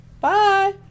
Bye